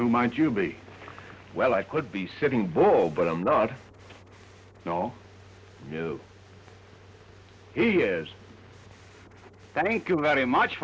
who might you be well i could be sitting bull but i'm not at all he is thank you very much